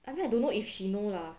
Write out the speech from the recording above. I mean I don't know if she know lah